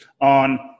on